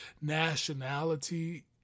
nationality